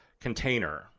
container